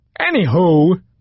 Anywho